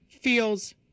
feels